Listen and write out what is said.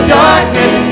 darkness